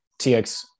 tx